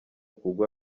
kugwa